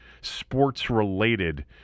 sports-related